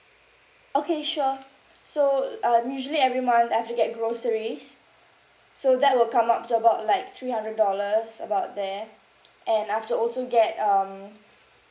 okay sure so l~ uh usually every month I've to get groceries so that will come up to about like three hundred dollars about there and I've to also get um